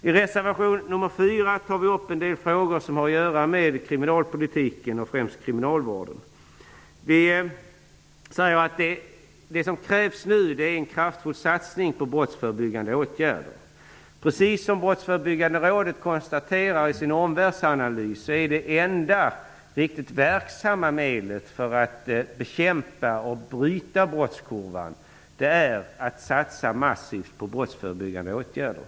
I reservation nr 4 tar vi upp en del frågor som har att göra med kriminalpolitiken, främst kriminalvården. Vi framhåller att det nu krävs en kraftfull satsning på brottsförebyggande åtgärder. Som Brottsförebyggande rådet konstaterar i sin omvärldsanalys är det enda riktigt verksamma medlet för att bryta brottskurvan att satsa massivt på brottsförebyggande åtgärder.